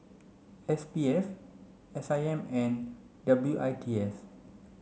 S P F S I M and W I T S